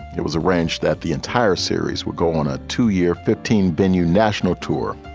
it was arranged that the entire series would go on a two year fifteen bennu national tour,